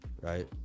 Right